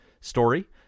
story